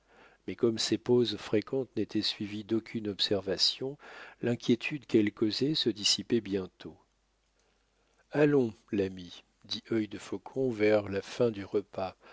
mais comme ces pauses fréquentes n'étaient suivies d'aucune observation l'inquiétude qu'elles causaient se dissipait bientôt allons l'ami dit œil de faucon vers la fin du repas